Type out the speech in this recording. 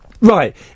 Right